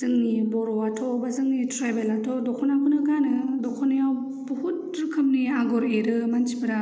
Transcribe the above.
जोंनि बर'वाथ' बा जोंनि ट्राइबेलाथ' दखनाखौनो गानो दखनायाव बहुत रोखोमनि आगर एरे मानसिफोरा